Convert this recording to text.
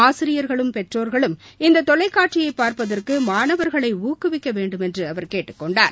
ஆசிரியர்களும் பெற்றோர்களும் இந்த தொலைக்னட்சியை பார்ப்பதற்கு மாணவர்களை ஊக்கவிக்க வேண்டுமென்று அவர் கேட்டுக் கொண்டார்